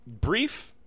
brief